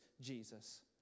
Jesus